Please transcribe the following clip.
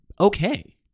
okay